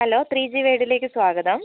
hello three G വേൾഡിലേക്ക് സ്വാഗതം